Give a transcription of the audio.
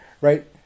right